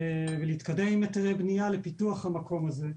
ולהתקדם עם היתרי בנייה לפיתוח המקום הזה.